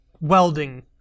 welding